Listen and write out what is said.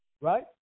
right